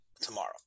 tomorrow